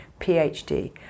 PhD